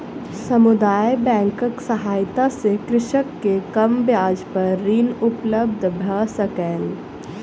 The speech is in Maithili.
समुदाय बैंकक सहायता सॅ कृषक के कम ब्याज पर ऋण उपलब्ध भ सकलै